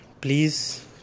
please